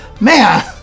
man